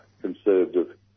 conservative